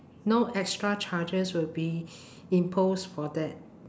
no extra charges will be imposed for that